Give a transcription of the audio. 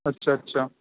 اچھا اچھا